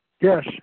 Yes